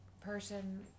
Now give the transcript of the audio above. person